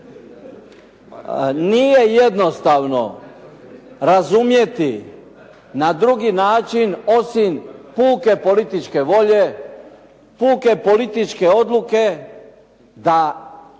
nije jednostavno razumjeti na drugi način osim puke političke volje, puke političke odluke da ista